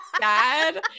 sad